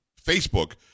Facebook